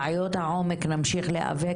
בבעיות העומק נמשיך להיאבק,